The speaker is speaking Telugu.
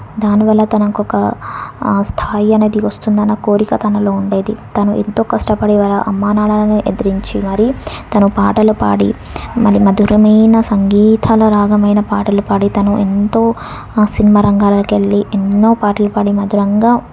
దాని వల్ల తనకొక ఆ స్థాయి అనేది వస్తుందన్న కోరిక తనలో ఉండేది తను ఎంతో కష్టపడి వాళ్ళ అమ్మానాన్నలను ఎదిరించి మరీ తన పాటలు పాడి మరి మధురమైన సంగీతాల రాగమైన పాటలు పాడి తను ఎంతో సినిమా రంగాలకు వెళ్ళి ఎన్నో పాటలు పాడి మధురంగా